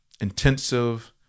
intensive